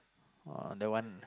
uh that one